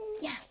Yes